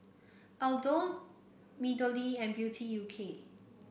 Aldo MeadowLea and Beauty U K